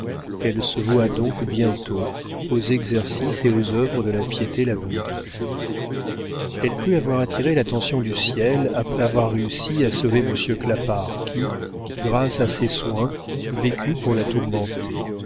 elle se voua donc bientôt aux exercices et aux œuvres de la piété la plus vive elle crut avoir attiré l'attention du ciel après avoir réussi à sauver monsieur clapart qui grâce à ses soins vécut pour la tourmenter